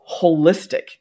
holistic